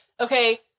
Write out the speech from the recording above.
Okay